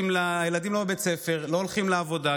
הילדים לא בבית ספר ולא הולכים לעבודה,